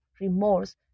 Remorse